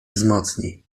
wzmocni